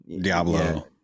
Diablo